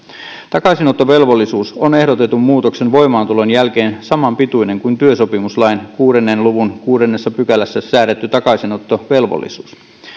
takaisinottovelvollisuus on ehdotetun muutoksen voimaantulon jälkeen samanpituinen kuin työsopimuslain kuuden luvun kuudennessa pykälässä säädetty takaisinottovelvollisuus